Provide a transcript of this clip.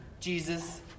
Jesus